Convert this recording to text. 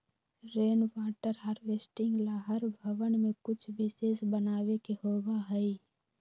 rain water harvesting ला हर भवन में कुछ विशेष बनावे के होबा हई